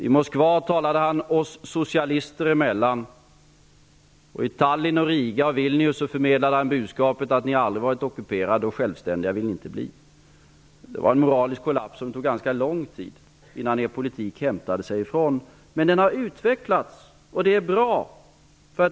I Moskva talade han ''oss socialister emellan''. I Tallinn, Riga och Vilnius förmedlade han budskapet att de baltiska länderna aldrig har varit ockuperade och att de inte vill bli självständiga. Det var en moralisk kollaps som det tog ganska lång tid för er politik att hämta sig ifrån. Er politik har dock utvecklats, och det är bra.